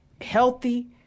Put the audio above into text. healthy